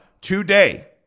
today